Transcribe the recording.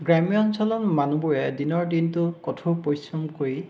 গ্ৰাম্য অঞ্চলৰ মানুহবোৰে দিনৰ দিনটো কঠোৰ পৰিশ্ৰম কৰি